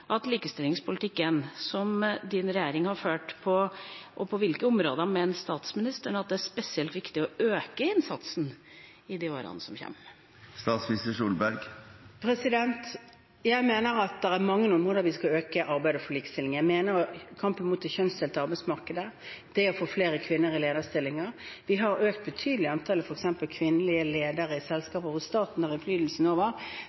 likestillingspolitikken som hennes regjering har ført, og på hvilke områder mener statsministeren det er spesielt viktig å øke innsatsen i årene som kommer? Jeg mener at vi skal øke arbeidet for likestilling på mange områder – kampen mot det kjønnsdelte arbeidsmarkedet, det å få flere kvinner i lederstillinger. Vi har f.eks. økt betydelig antallet kvinnelige ledere i